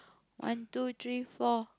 one two three four